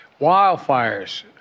wildfires